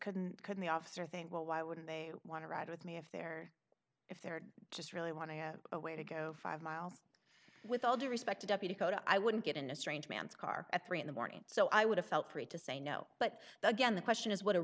couldn't couldn't the officer think well why wouldn't they want to ride with me if they're if they're just really want to have a way to go five miles with all due respect a deputy go to i wouldn't get in a strange man's car at three in the morning so i would have felt free to say no but again the question is what a